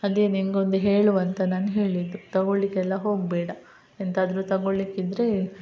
ಅದೇ ನಿಂಗೆ ಒಂದು ಹೇಳುವ ಅಂತ ನಾನು ಹೇಳಿದ್ದು ತೊಗೊಳ್ಳಿಕ್ಕೆಲ್ಲ ಹೋಗಬೇಡ ಎಂತಾದರೂ ತೊಗೊಳ್ಳಿಕ್ಕಿದ್ರೆ